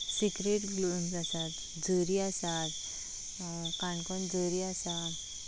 secret blooms आसात झरी आसात काणकोण झरी आसा